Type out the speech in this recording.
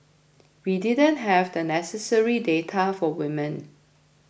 we didn't have the necessary data for women